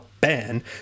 ban